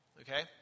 okay